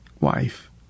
wife